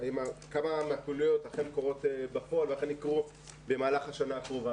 כמה מהפעילויות אכן קורות בפועל ואכן יקרו במהלך השנה הקרובה.